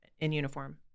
in-uniform